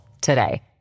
today